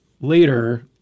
later